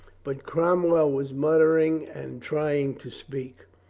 but cromwell was muttering and trying to speak.